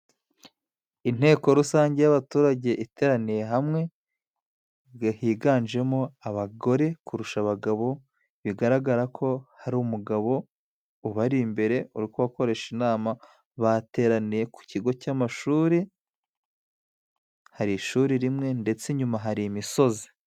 Inteko rusange y'abaturage iteraniye hamwe, higanjemo abagore kurusha abagabo, bigaragara ko hari umugabo ubari imbere uri kubakoresha inama, bateraniye ku kigo cy'amashuri, hari ishuri rimwe ndetse inyuma hari imisozi.